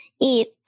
eat